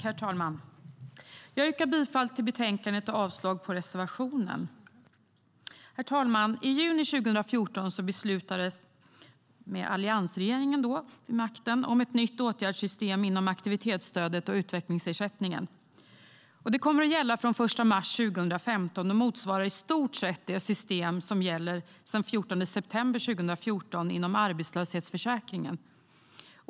Herr talman! Jag yrkar bifall till utskottets förslag i betänkandet och avslag på reservationen. I juni 2014 beslutades, med alliansregeringen vid makten, om ett nytt åtgärdssystem inom aktivitetsstödet och utvecklingsersättningen. Det kommer att gälla från den 1 mars 2015 och motsvarar i stort sett det system som sedan den 14 september 2014 gäller inom arbetslöshetsförsäkringen.